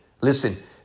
Listen